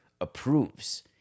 approves